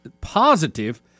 positive